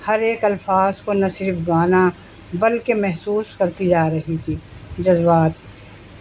ہر ایک الفاظ کو نہ صرف گانا بن کے محسوس کرتی جا رہی تھی جذبات